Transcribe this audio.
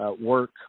work